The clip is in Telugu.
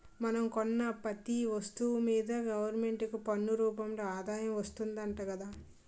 మనం కొన్న పెతీ ఒస్తువు మీదా గవరమెంటుకి పన్ను రూపంలో ఆదాయం వస్తాదట గదా